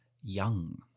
young